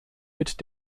mit